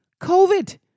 COVID